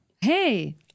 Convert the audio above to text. hey